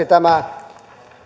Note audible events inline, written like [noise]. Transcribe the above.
[unintelligible] tämä